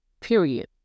period